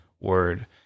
Word